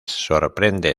sorprende